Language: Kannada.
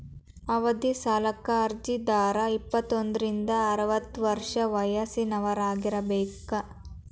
ಅವಧಿ ಸಾಲಕ್ಕ ಅರ್ಜಿದಾರ ಇಪ್ಪತ್ತೋಂದ್ರಿಂದ ಅರವತ್ತ ವರ್ಷ ವಯಸ್ಸಿನವರಾಗಿರಬೇಕ